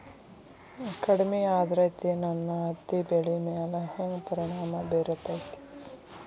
ಕಡಮಿ ಆದ್ರತೆ ನನ್ನ ಹತ್ತಿ ಬೆಳಿ ಮ್ಯಾಲ್ ಹೆಂಗ್ ಪರಿಣಾಮ ಬಿರತೇತಿ?